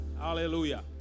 Hallelujah